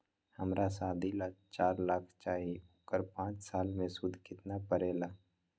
हमरा शादी ला चार लाख चाहि उकर पाँच साल मे सूद कितना परेला?